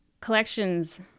collections